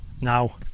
now